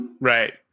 Right